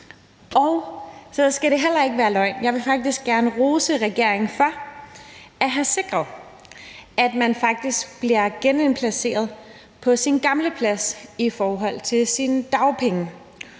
også gerne rose regeringen for at have sikret, at man faktisk bliver genindplaceret på sin gamle plads i forhold til sine dagpenge.